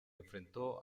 enfrentó